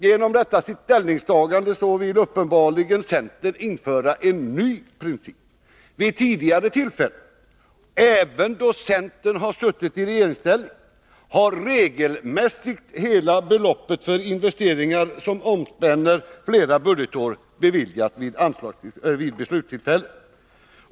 Genom detta sitt ställningstagande vill Vissa ekonomiskcentern uppenbarligen införa en ny princip. Vid tidigare tillfällen — även då politiska centern har suttit i regeringsställning — har regelmässigt hela beloppet för åtgärder m.m. investeringar som omspänner flera budgetår beviljats vid beslutstillfället.